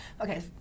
okay